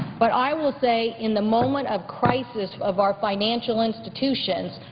but i will say in the moment of crisis of our financial institutions,